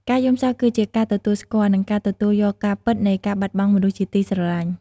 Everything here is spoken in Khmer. ការយំសោកគឺជាការទទួលស្គាល់ និងការទទួលយកការពិតនៃការបាត់បង់មនុស្សជាទីស្រឡាញ់។